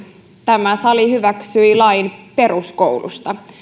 tämä sali hyväksyi lain peruskoulusta